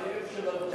תודה, חבר הכנסת לוין.